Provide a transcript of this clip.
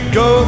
go